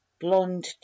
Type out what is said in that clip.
blonde